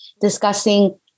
discussing